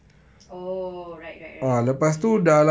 oh right right okay